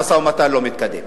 המשא-ומתן לא מתקדם.